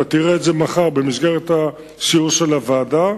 אתה תראה את זה מחר במסגרת הסיור של הוועדה.